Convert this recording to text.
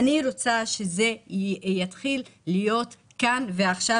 אני רוצה שזה יתחיל להיות כאן ועכשיו,